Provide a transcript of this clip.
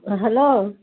hello